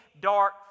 dark